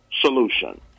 solution